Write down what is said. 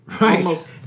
Right